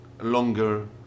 longer